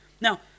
now